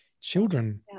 children